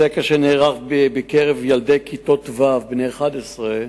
בסקר שנערך בקרב ילדי כיתות ו' בני 11,